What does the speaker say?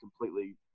completely